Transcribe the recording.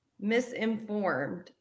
misinformed